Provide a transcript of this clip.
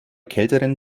kälteren